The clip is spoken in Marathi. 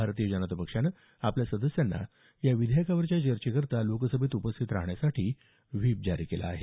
भारतीय जनता पक्षानं आपल्या सदस्यांना या विधेयकावरील चर्चेकरता लोकसभेत उपस्थित राहण्याबाबत व्हीप जारी केला आहे